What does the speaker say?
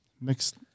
mixed